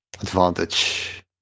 advantage